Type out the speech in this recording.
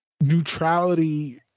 neutrality